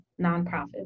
nonprofits